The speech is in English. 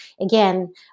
again